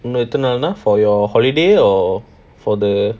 இத்தனானா:ithanaanaa for your holiday or for the